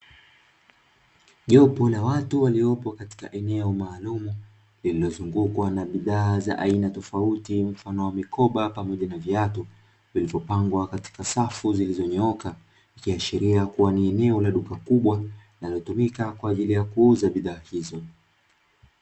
Jopo la watu waliopo katika eneo maalumu lililozungukwa na bidhaa za aina tofauti mfano wa mikoba pamoja na viatu, vilivyopangwa katika safu zilizonyooka. Ikiashiria kuwa ni eneo la duka kubwa linalotumika kwa ajili ya kuuza bidhaa hizo.